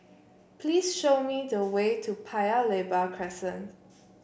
please show me the way to Paya Lebar Crescent